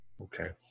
Okay